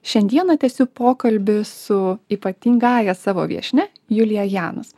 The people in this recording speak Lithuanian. šiandieną tęsių pokalbį su ypatingąja savo viešnia julija janus